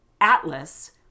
atlas